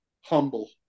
Humble